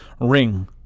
ring